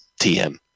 TM